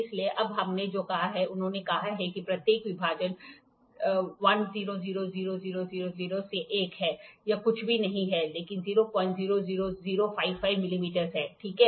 इसलिए अब हमने जो कहा है उन्होंने कहा है कि प्रत्येक विभाजन 100000 से 1 है यह कुछ भी नहीं है लेकिन 000055 मिलीमीटर है ठीक है